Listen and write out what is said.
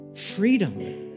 Freedom